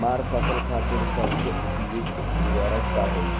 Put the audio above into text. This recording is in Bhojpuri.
हमार फसल खातिर सबसे उपयुक्त उर्वरक का होई?